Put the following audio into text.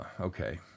okay